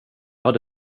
hade